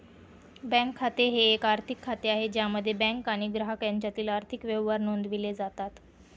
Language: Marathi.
बँक खाते हे एक आर्थिक खाते आहे ज्यामध्ये बँक आणि ग्राहक यांच्यातील आर्थिक व्यवहार नोंदवले जातात